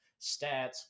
stats